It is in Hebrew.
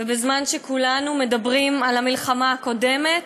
ובזמן שכולנו מדברים על המלחמה הקודמת,